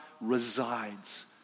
resides